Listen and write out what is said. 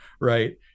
right